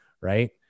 Right